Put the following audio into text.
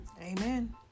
Amen